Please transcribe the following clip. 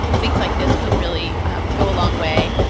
things like this can really go a long way.